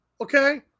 Okay